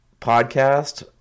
podcast